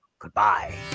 Goodbye